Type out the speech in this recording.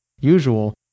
usual